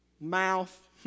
mouth